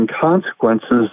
consequences